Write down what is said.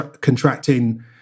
contracting